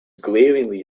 glaringly